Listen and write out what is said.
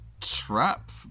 trap